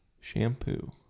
Shampoo